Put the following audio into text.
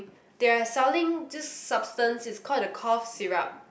they are selling this substance it's called the cough syrup